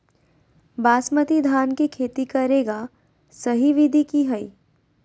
बासमती धान के खेती करेगा सही विधि की हय?